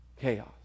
chaos